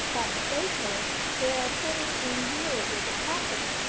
but, baker, they are turning in here with the coffin,